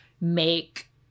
make